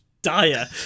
Dire